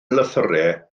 lythyrau